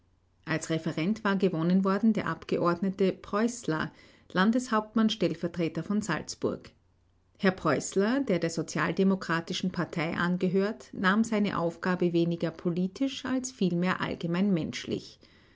als referent war gewonnen worden der abgeordnete preußler landeshauptmannstellvertreter von salzburg herr preußler der der sozialdemokratischen partei angehört nahm seine aufgabe weniger politisch als vielmehr allgemein menschlich